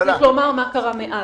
צריך לומר מה קרה מאז.